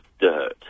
Dirt